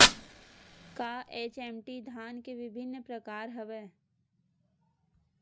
का एच.एम.टी धान के विभिन्र प्रकार हवय?